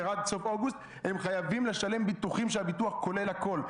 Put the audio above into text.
עד סוף אוגוסט הם חייבים לשלם ביטוחים שכוללים הכול.